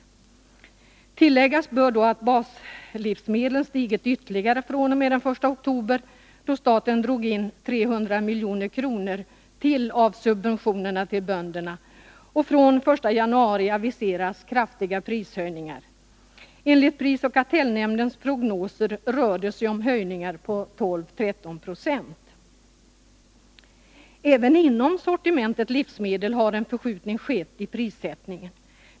Tilläggas bör då att baslivsmedlen stigit ytterligare fr.o.m. den 1 oktober då staten drog in 300 milj.kr. av subventionerna till bönderna, och från den 1 januari aviseras kraftiga prishöjningar. Enligt prisoch kartellnämndens prognoser rör det sig om höjningar på 12-13 96. Även inom sortimentet livsmedel har en förskjutning skett i prissättningen.